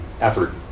effort